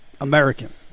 American